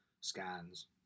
scans